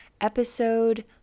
episode